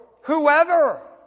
whoever